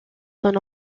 son